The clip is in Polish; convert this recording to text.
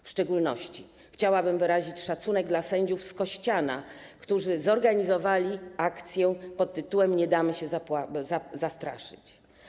W szczególności chciałabym wyrazić szacunek dla sędziów z Kościana, którzy zorganizowali akcję pt. „Nie damy się zastraszyć”